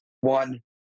One